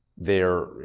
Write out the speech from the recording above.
they're,